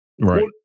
Right